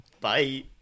Bye